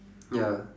ya